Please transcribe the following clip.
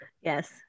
yes